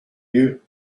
you